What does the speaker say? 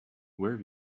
where